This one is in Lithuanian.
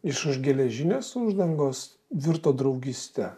iš už geležinės uždangos virto draugyste